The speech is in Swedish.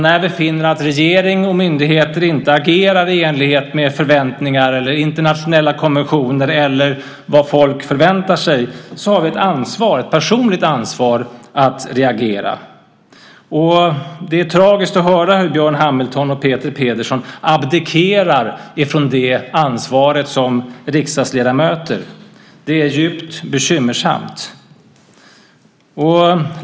När vi finner att regering och myndigheter inte agerar i enlighet med förväntningar, med internationella konventioner eller med vad folk förväntar sig så har vi ett personligt ansvar för att reagera. Det är tragiskt att höra hur Björn Hamilton och Peter Pedersen abdikerar från det ansvaret som riksdagsledamöter. Det är djupt bekymmersamt.